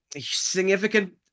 significant